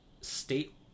state